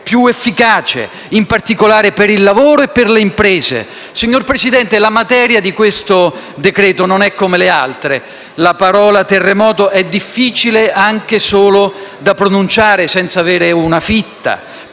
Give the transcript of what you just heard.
Signor Presidente, la materia di questo decreto-legge non è come le altre. La parola «terremoto» è difficile anche solo da pronunciare senza avvertire una fitta.